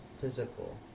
physical